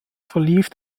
verlief